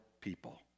people